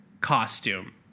costume